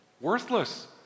Worthless